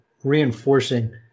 reinforcing